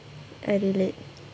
I relate